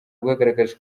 bwagaragaje